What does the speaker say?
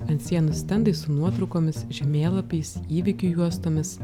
ant sienų stendai su nuotraukomis žemėlapiais įvykių juostomis